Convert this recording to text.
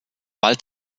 bald